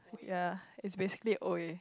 ya it's basically !oi!